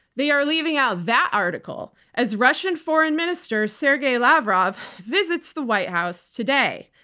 they are leaving out that article as russian foreign minister, sergey lavrov visits the white house today.